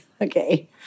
okay